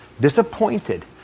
disappointed